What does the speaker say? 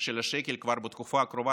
של השקל כבר בתקופה הקרובה.